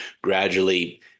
gradually